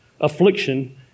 affliction